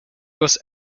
was